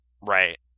Right